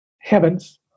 heavens